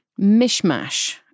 mishmash